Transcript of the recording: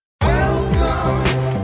Welcome